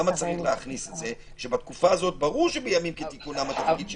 ברור שבימים כתיקונם התפקיד של